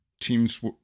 teams